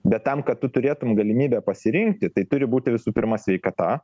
bet tam kad tu turėtum galimybę pasirinkti tai turi būti visų pirma sveikata